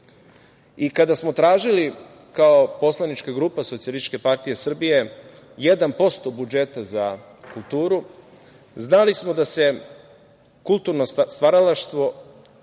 novac. Kada smo tražili kao poslanička grupa Socijalističke partije Srbije 1% budžeta za kulturu, znali smo da se kulturno stvaralaštvo